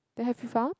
then have you found